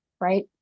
right